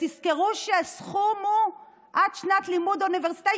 ותזכרו שהסכום הוא עד שנת לימוד אוניברסיטאית,